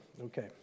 Okay